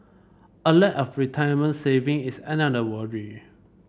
a lack of retirement saving is another worry